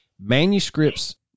Manuscripts